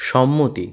সম্মতি